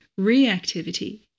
Reactivity